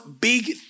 big